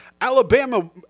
Alabama